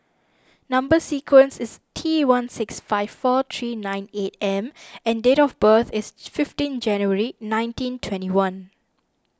Number Sequence is T one six five four three nine eight M and date of birth is fifteen January nineteen twenty one